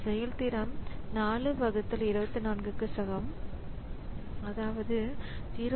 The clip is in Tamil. செயல்திறன் 4 24 க்கு சமம் அதாவது 0